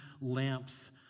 lamps